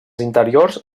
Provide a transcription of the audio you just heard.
interiors